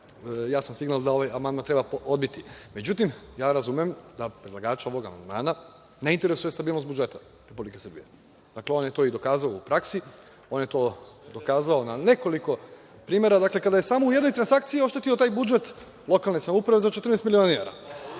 jasan signal da ovaj amandman treba odbiti.Međutim, ja razumem da predlagača ovog amandmana ne interesuje stabilnost budžeta Republike Srbije. On je to dokazao i u praksi. On je to dokazao na nekoliko primera, kada je samo u jednoj transakciji oštetio taj budžet lokalne samouprave za 14 miliona dinara,